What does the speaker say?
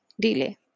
delay